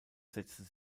setzt